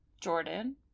Jordan